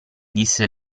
disse